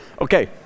Okay